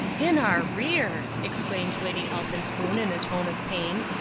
in our rear! exclaimed lady elphinspoon in a tone of pain.